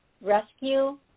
rescue